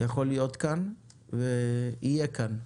יכול להיות כאן ויהיה כאן,